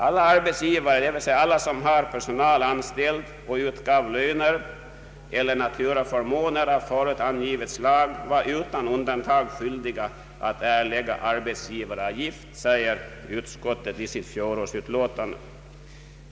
Alla arbetsgivare, d.v.s. alla som hade personal anställd och utgav löner eller naturaförmåner av förut angivet slag, var utan undantag skyldiga att erlägga arbetsgivaravgift, säger utskottet i fjolårets utlåtande.